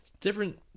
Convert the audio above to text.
different